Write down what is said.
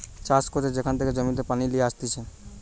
চাষ করতে যেখান থেকে জমিতে পানি লিয়ে আসতিছে